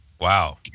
Wow